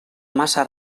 massa